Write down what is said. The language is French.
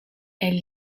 elle